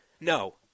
No